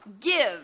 give